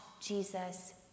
Jesus